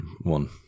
one